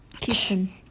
Kitchen